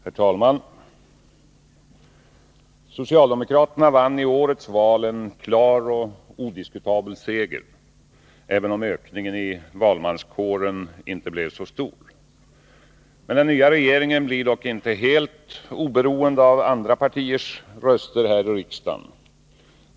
Herr talman! Socialdemokraterna vann i årets val en klar och odiskutabel seger, även om ökningen i valmanskåren inte blev så stor. Den nya regeringen blir dock inte helt oberoende av andra partiers röster här i riksdagen.